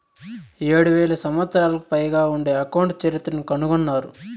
ఏడు వేల సంవత్సరాలకు పైగా ఉండే అకౌంట్ చరిత్రను కనుగొన్నారు